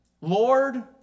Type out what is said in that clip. Lord